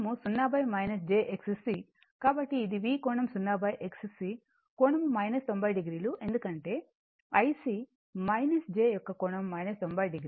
కాబట్టి ఇది V కోణం 0 XC కోణం 90 oఎందుకంటే j j యొక్క కోణం 90 o